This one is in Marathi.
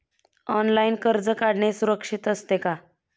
ऑनलाइन कर्ज काढणे सुरक्षित असते का?